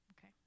Okay